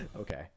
Okay